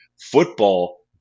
football